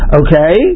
okay